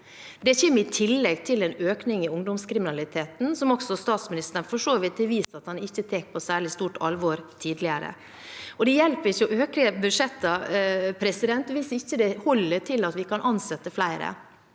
Det kommer i tillegg til en økning i ungdomskriminaliteten, som statsministeren for så vidt tidligere har vist at han ikke tar på særlig stort alvor. Det hjelper ikke å øke budsjettene hvis det ikke holder til at vi kan ansette flere.